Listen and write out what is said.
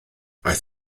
aeth